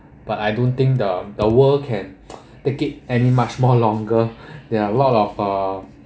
but I don't think the the world can take it any much more longer there are a lot of uh